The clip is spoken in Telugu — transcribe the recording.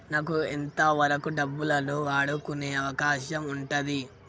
నాకు ఎంత వరకు డబ్బులను వాడుకునే అవకాశం ఉంటది?